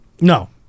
No